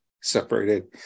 Separated